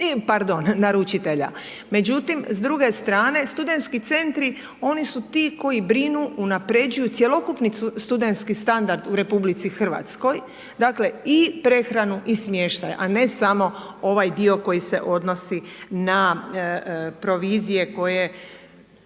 pardon naručitelja. Međutim, s druge strane studentski centri oni su ti koji brinu unapređuju cjelokupni studentski standard u RH dakle, i prehranu i smještaj, a ne samo ovaj dio koji se odnosi na provizije koje